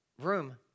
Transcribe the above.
room